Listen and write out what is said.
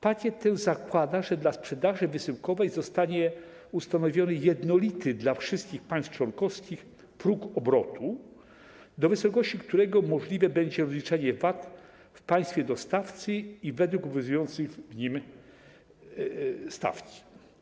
Pakiet ten zakłada, że dla sprzedaży wysyłkowej zostanie ustanowiony jednolity dla wszystkich państw członkowskich próg obrotu, do wysokości którego możliwe będzie rozliczanie VAT w państwie dostawcy i według obowiązującej w nim stawki.